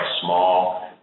small